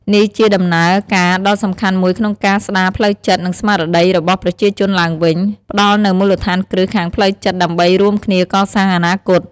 នេះជាដំណើរការដ៏សំខាន់មួយក្នុងការស្ដារផ្លូវចិត្ត និងស្មារតីរបស់ប្រជាជនឡើងវិញ ផ្តល់នូវមូលដ្ឋានគ្រឹះខាងផ្លូវចិត្តដើម្បីរួមគ្នាកសាងអនាគត។